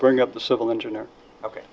bring up the civil engineer ok